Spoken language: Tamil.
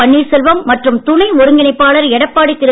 பன்னீர்செல்வம் மற்றும் துணை ஒருங்கிணைப்பாளர் எடப்பாடி திரு